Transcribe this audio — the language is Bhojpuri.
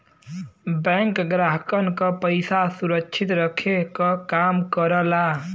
बैंक ग्राहक क पइसा सुरक्षित रखे क काम करला